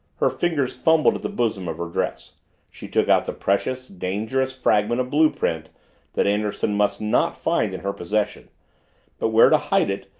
her fingers fumbled at the bosom of her dress she took out the precious, dangerous fragment of blue-print that anderson must not find in her possession but where to hide it,